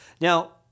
Now